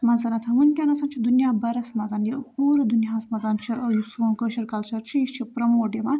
منٛز وُنکیٚنَس چھُ دُنیا بھَرَس منٛز یہِ پوٗرٕ دُنیاہَس منٛز چھُ یُس سوٗن کٲشُر کَلچَر چھُ یہِ چھُ پرٛیٚموٹ یِوان